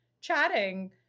chatting